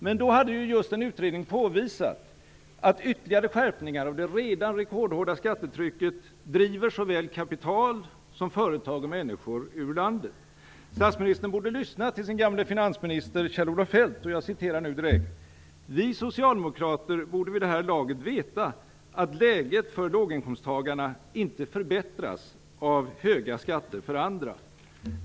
Men då hade en utredning just påvisat att ytterligare skärpningar av det redan rekordhöga skattetrycket driver såväl kapital som företag och människor ur landet. Statsministern borde lyssna till sin gamle finansminister Kjell-Olof Feldt: Vi socialdemokrater borde vid det här laget veta att läget för låginkomsttagarna inte förbättras av höga skatter för andra.